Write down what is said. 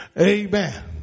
Amen